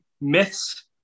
myths